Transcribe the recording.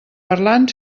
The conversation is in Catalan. parlant